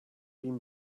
been